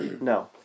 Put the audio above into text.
No